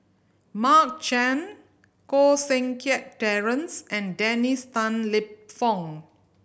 Mark Chan Koh Seng Kiat Terence and Dennis Tan Lip Fong